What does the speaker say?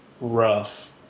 rough